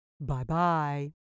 Bye-bye